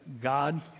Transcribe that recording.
God